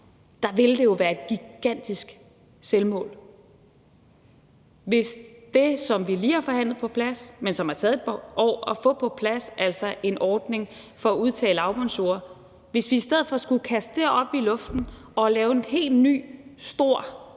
– ville det jo være et gigantisk selvmål, hvis vi i stedet for skulle tage det, som vi lige har forhandlet på plads, men som har taget et par år at få på plads, altså en ordning for at udtage lavbundsjorder, og kaste det op i luften og lave en helt ny stor,